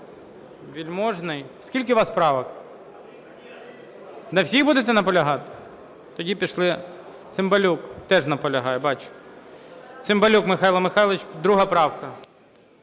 Вельможний? Скільки у вас правок? На всіх будете наполягати? Тоді пішли… Цимбалюк теж наполягає, бачу. Цимбалюк Михайло Михайлович, 2 правка.